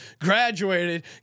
graduated